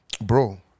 bro